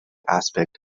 aspect